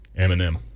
Eminem